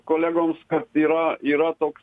kolegoms kad yra yra toks